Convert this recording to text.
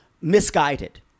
misguided